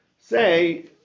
say